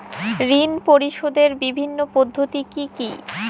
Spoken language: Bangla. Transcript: ঋণ পরিশোধের বিভিন্ন পদ্ধতি কি কি?